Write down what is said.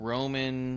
Roman